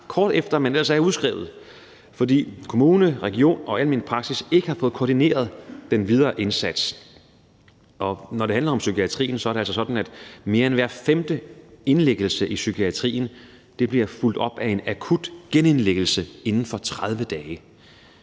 kort efter hun ellers er blevet udskrevet, fordi kommunen, regionen og den almene praksis ikke har fået koordineret den videre indsats. Når det handler om psykiatrien, er det altså sådan, at mere end hver femte indlæggelse bliver fulgt op af en akut genindlæggelse inden for 30 dage.